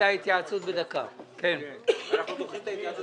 תקצוב שני תקני כוח אדם ברשות החדשה בהתאם